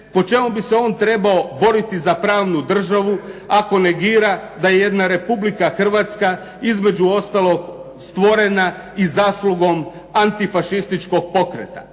po čemu bi se on trebao boriti za pravnu državu, ako negira da je jedna Republika Hrvatska između ostalog stvorena i zaslugom antifašističkog pokreta.